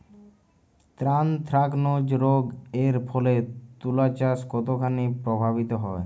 Anthracnose রোগ এর ফলে তুলাচাষ কতখানি প্রভাবিত হয়?